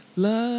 Love